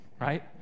right